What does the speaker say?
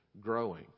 growing